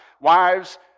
Wives